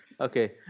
Okay